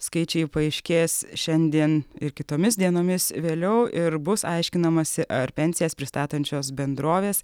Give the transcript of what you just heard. skaičiai paaiškės šiandien ir kitomis dienomis vėliau ir bus aiškinamasi ar pensijas pristatančios bendrovės